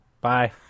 Bye